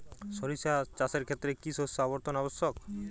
সরিষা চাষের ক্ষেত্রে কি শস্য আবর্তন আবশ্যক?